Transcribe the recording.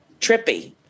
trippy